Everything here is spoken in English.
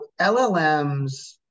LLMs